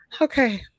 Okay